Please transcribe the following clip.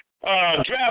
draft